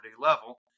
level